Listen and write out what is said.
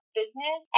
business